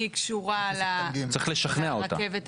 צריך לשכנע אותה.